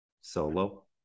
Solo